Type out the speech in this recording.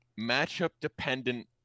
matchup-dependent